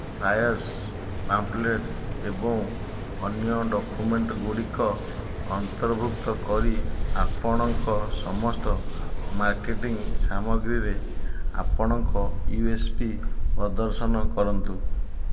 flyers pamphlet ଏବଂ ଅନ୍ୟ document ଗୁଡ଼ିକ ଅନ୍ତର୍ଭୁକ୍ତ କରି ଆପଣଙ୍କ ସମସ୍ତ ମାର୍କେଟିଂ ସାମଗ୍ରୀରେ ଆପଣଙ୍କ ୟୁ ଏସ ପି ପ୍ରଦର୍ଶନ କରନ୍ତୁ